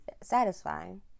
satisfying